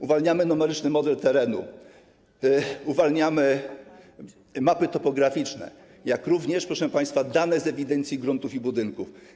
Uwalniamy numeryczny model terenu, uwalniamy mapy topograficzne, jak również, proszę państwa, dane z ewidencji gruntów i budynków.